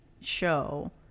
show